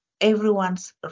everyone's